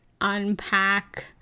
unpack